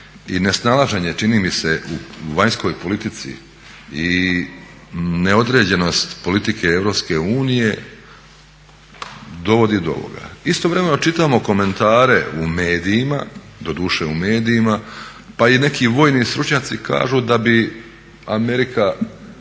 i nesnalaženje čini mi se u vanjskoj politici i neodređenost politike EU dovodi do ovoga. Istovremeno čitamo komentare u medijima, doduše u medijima, pa i neki vojni stručnjaci kažu da bi Amerika